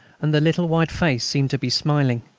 and the little white face seemed to be smiling.